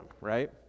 right